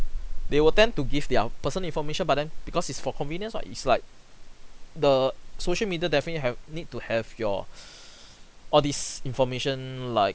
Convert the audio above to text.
they will tend to give their personal information but then because it's for convenience [what] it's like the social media definitely have need to have your all this information like